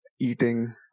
eating